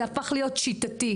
זה הפך להיות שיטתי,